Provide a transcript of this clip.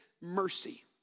mercy